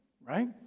Right